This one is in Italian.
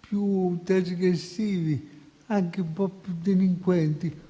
più trasgressivi e anche un po' più delinquenti.